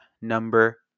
number